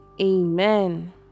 amen